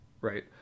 right